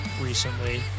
recently